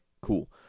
cool